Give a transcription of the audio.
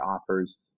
offers